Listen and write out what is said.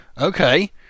Okay